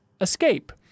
escape